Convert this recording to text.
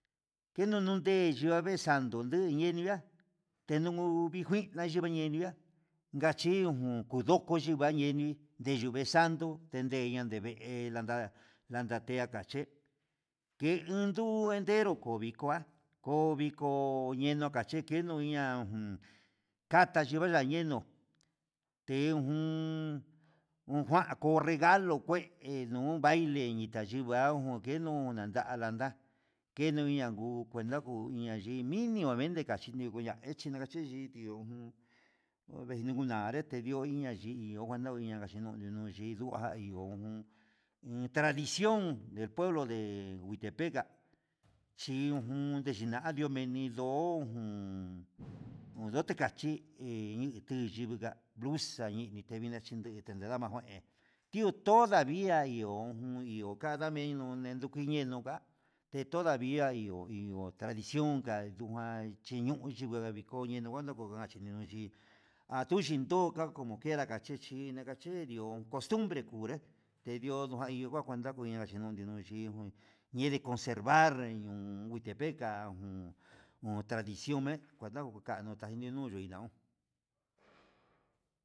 Kenunu nde yuna vee santo ndonde nenga tenuu ninjui nayuga yingueya, ngache ujun ngoyoko xhiva niuii yinuu vee sando tendeya nde vee landa landa che, kendunu entero koo vikoa ko viko yeno kache ko iño'a jun kata xhino ya neno te jun ho kuan ko regalo kue nuu baile yitani yano nguenunan nda ana landa, kenu yandu cuenta nguu indio na minimamente yechi nakachi ndio jun ndiunura arete chiu una yii, iho nguana kachi nonra chi iun tradicion del pueblo de hualtepec nga china ni ndio jun yuna ticachi iti yinga blusa nii ninguan nachinde iho todadavia iho, iho nadameno tenuke ñendo ngua he todavia iho iho tradicion ngua yuña'a chiniu ndavii xhikoya'a nongua xhindo kayiyo chí ayu chin dó ko ka kochenra kachixhi nakaxerio costumbre tedi'ó no kuanta keña kaxhidio xhi jun niede conservar ndakateka un tradicion me'e kuna kuu kano taiyunu nina uun.